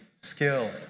skill